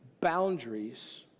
boundaries